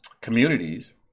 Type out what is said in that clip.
communities